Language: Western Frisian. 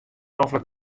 noflik